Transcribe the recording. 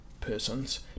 persons